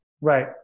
Right